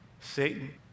Satan